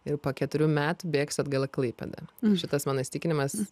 ir po keturių metų bėgsiu atgal į klaipėdą šitas mano įsitikinimas